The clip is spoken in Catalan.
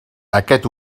aquest